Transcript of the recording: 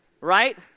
Right